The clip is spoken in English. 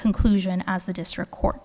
conclusion as the district court